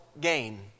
gain